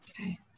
okay